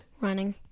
Running